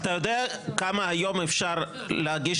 יכול להיות שבפועל רצו למחוק אותו